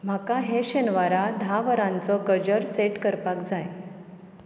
म्हाका हे शेनवारा धा वरांचो गजर सेट करपाक जाय